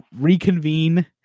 reconvene